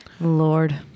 Lord